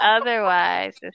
otherwise